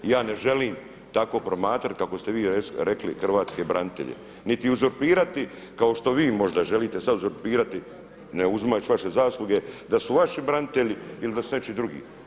I ja ne želim tako promatrati kako ste vi rekli hrvatske branitelje niti uzurpirati kao što vi možda želite sada uzurpirati ne uzimajući vaše zasluge da su vaši branitelji ili da su nečiji drugi.